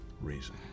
reason